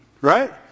Right